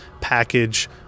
package